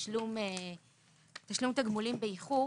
בתשלום תגמולים באיחור,